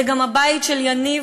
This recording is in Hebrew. זה גם הבית של יניב,